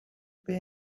pay